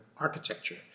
architecture